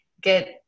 get